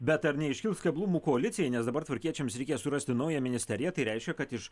bet ar neiškils keblumų koalicijai nes dabar tvarkiečiams reikia surasti naują ministeriją tai reiškia kad iš